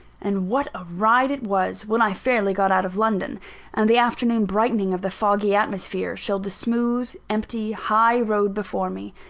and what a ride it was, when i fairly got out of london and the afternoon brightening of the foggy atmosphere, showed the smooth, empty high road before me!